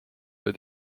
või